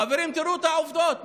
חברים, תראו את העובדות.